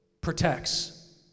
protects